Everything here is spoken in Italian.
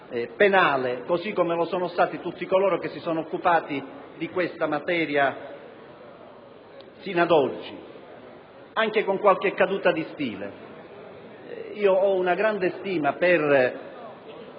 penale, così come lo sono stati tutti coloro che si sono occupati di questa materia sino ad oggi, anche con qualche caduta di stile. Ho una grande stima per